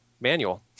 manual